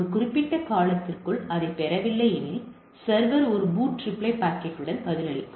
ஒரு குறிப்பிட்ட காலத்திற்குள் அதைப் பெறவில்லை எனில் சர்வர் ஒரு பூட்ரெப்ளி பாக்கெட்டுடன் பதிலளிக்கும்